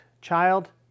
child